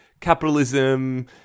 capitalism